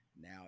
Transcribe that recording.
Now